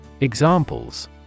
Examples